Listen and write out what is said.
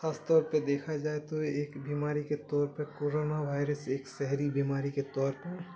خاص طور پہ دیکھا جائے تو ایک بیماری کے طور پر کورونا وائرس ایک شہری بیماری کے طور پر